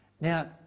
Now